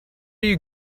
you